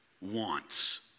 wants